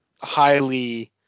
highly